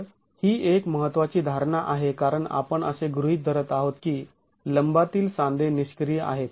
तर ही एक महत्त्वाची धारणा आहे कारण आपण असे गृहीत धरत आहोत की लंबातील सांधे निष्क्रिय आहेत